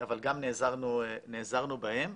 נעזרנו בהם,